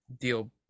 deal